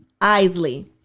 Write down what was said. Isley